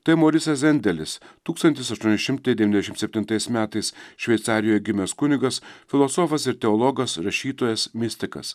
tai morisas zendelis tūkstantis aštuoni šimtai devyniasdešimt septintais metais šveicarijoje gimęs kunigas filosofas ir teologas rašytojas mistikas